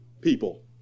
people